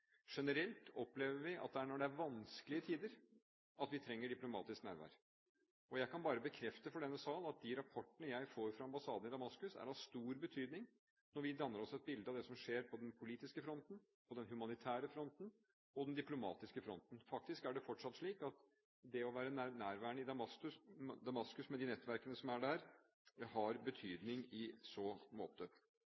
Generelt opplever vi at det er i vanskelige tider vi trenger diplomatisk nærvær. Jeg kan bare bekrefte for denne sal at de rapportene jeg får fra ambassaden i Damaskus, er av stor betydning når vi danner oss et bilde av det som skjer på den politiske fronten, på den humanitære fronten og på den diplomatiske fronten. Faktisk er det fortsatt slik at det å være nærværende i Damaskus, med de nettverkene som er der, har